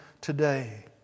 today